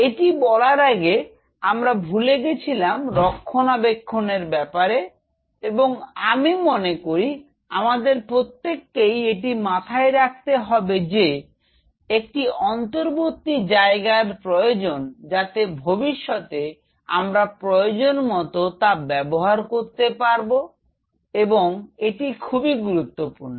এটি বলার আগে আমরা ভুলে গেছিলাম রক্ষণাবেক্ষণের ব্যাপারে এবং আমি মনে করি আমাদের প্রত্যেককেই এটি মাথায় রাখবে যে একটি অন্তর্বর্তী জায়গার প্রয়োজন যাতে ভবিষ্যতে আমরা প্রয়োজনমতো তা ব্যবহার করতে পারব এবং এটি খুবই গুরুত্তপূর্ণ